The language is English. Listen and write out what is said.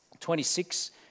26